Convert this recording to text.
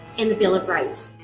and the bill of rights.